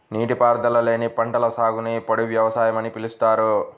నీటిపారుదల లేని పంటల సాగుని పొడి వ్యవసాయం అని పిలుస్తారు